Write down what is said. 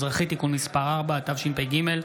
להודיעכם,